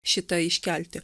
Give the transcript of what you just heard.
šitą iškelti